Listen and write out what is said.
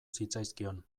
zitzaizkion